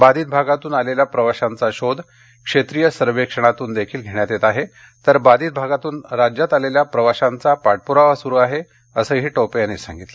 बाधित भागातून आलेल्या प्रवाशांचा शोध क्षेत्रीय सर्वेक्षणातूनही घेण्यात येत आहे तर बाधित भागातून राज्यात आलेल्या प्रवाशांचा पाठप्रावा सुरु आहे असंही टोपे यांनी सांगितलं